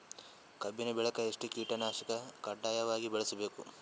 ಕಬ್ಬಿನ್ ಬೆಳಿಗ ಎಷ್ಟ ಕೀಟನಾಶಕ ಕಡ್ಡಾಯವಾಗಿ ಬಳಸಬೇಕು?